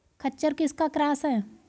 खच्चर किसका क्रास है?